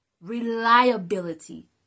reliability